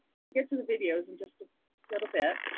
we'll get to the videos in just a little bit.